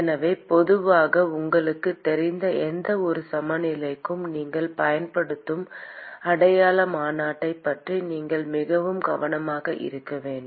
எனவே பொதுவாக உங்களுக்குத் தெரிந்த எந்தவொரு சமநிலைக்கும் நீங்கள் பயன்படுத்தும் அடையாள மாநாட்டைப் பற்றி நீங்கள் மிகவும் கவனமாக இருக்க வேண்டும்